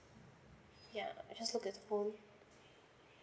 yeah just look at the phone